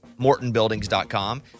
MortonBuildings.com